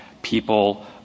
people